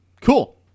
cool